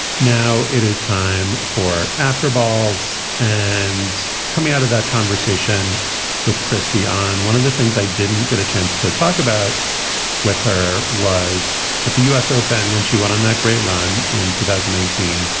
now it is time for after balls and coming out of that conversation with christianne, one of the things i didn't get a chance to talk about with her was at the u s. open when she went on that great run in two thousand and nineteen.